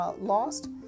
lost